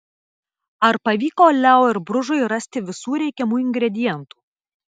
ar pavyko leo ir bružui rasti visų reikiamų ingredientų